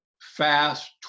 fast